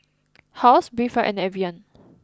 Halls Breathe and Evian